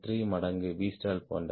3 மடங்கு Vstall போன்றவை